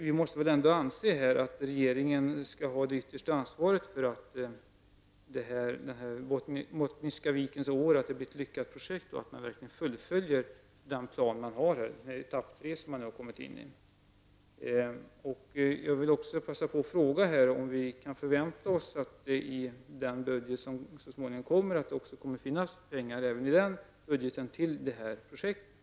Vi måste väl ändå anse att det är regeringen som skall ha det yttersta ansvaret för att den Bottniska vikens år blir ett lyckat projekt och för att den plan som finns, etapp tre, fullföljs. Kan vi förvänta oss att det i den budget som så småningom skall framläggas kommer att finnas pengar även för detta projekt?